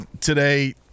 today